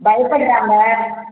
பயப்படுறாங்க